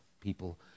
People